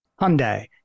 Hyundai